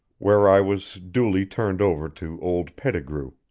where i was duly turned over to old pettigrew.